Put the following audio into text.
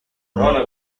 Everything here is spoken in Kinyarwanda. sinabona